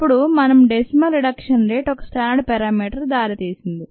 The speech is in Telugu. అప్పుడు మనం డెసిమల్ రిడక్షన్ రేట్ ఒక స్టాండర్డ్ ప్యారామీటర్ దారితీసింది